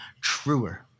truer